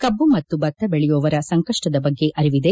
ಕಬ್ಬು ಮತ್ತು ಭತ್ತ ದೆಳೆಯುವವರ ಸಂಕಷ್ಟದ ಬಗ್ಗೆ ಅರಿವಿದೆ